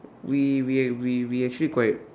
we we we we actually quite